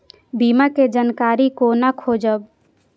बीमा के जानकारी कोना खोजब?